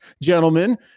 gentlemen